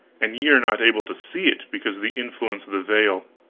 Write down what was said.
an ye are not able to see it, because of the influence of the veil,